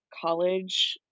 college